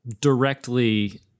directly